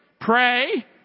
Pray